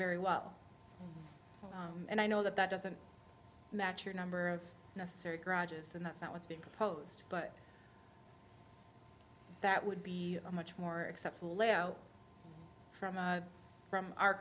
very well and i know that that doesn't match your number of necessary garages and that's not what's being proposed but that would be a much more except from from